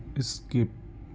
skip